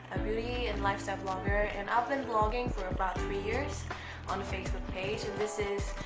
ah beauty and lifestyle blogger and, i've been blogging for about three years on facebook page and this is.